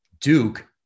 Duke